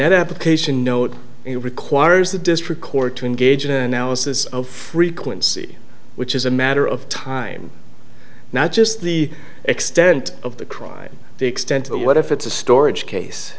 their application note it requires the district court to engage in analysis of frequency which is a matter of time not just the extent of the crime the extent of what if it's a storage case